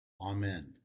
Amen